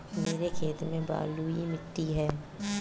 मेरे खेत में बलुई मिट्टी ही है